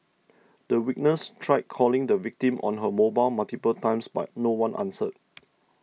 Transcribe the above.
the witness tried calling the victim on her mobile multiple times but no one answered